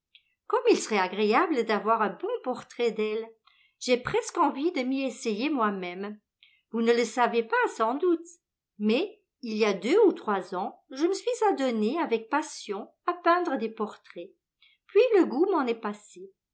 comme il serait agréable d'avoir un bon portrait d'elle j'ai presqu'envie de m'y essayer moi-même vous ne le savez pas sans doute mais il y a deux ou trois ans je me suis adonnée avec passion à peindre des portraits puis le goût m'en est passé